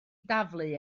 daflu